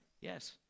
Yes